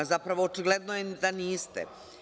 Zapravo, očigledno je da niste.